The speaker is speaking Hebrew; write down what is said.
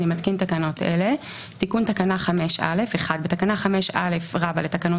אני מתקין תקנות אלה: תיקון תקנה 5א 1. בתקנה 5א לתקנות